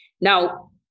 Now